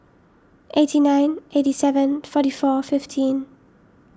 eighty nine eighty seven forty four fifteen